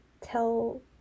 tell